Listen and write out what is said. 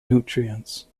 nutrients